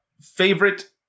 Favorite